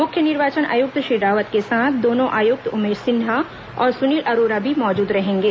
मुख्य निर्वाचन आयुक्त श्री रावत के साथ दोनों आयुक्त उमेश सिन्हा और सुनील अरोरा भी मौजूद रहेंगे